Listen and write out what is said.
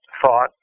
thought